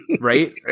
Right